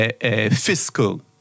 fiscal